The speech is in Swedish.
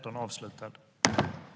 Vi ses i morgon.